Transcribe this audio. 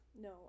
No